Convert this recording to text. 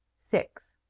six.